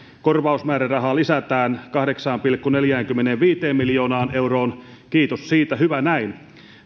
korvausmäärärahaa lisätään kahdeksaan pilkku neljäänkymmeneenviiteen miljoonaan euroon kiitos siitä hyvä näin